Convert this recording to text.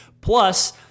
Plus